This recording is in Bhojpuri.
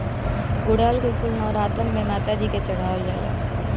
गुड़हल के फूल नवरातन में माता जी के चढ़ावल जाला